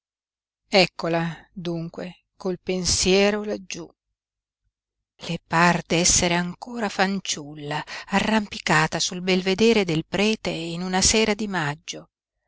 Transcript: eccola dunque col pensiero laggiú le par d'essere ancora fanciulla arrampicata sul belvedere del prete in una sera di maggio